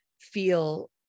feel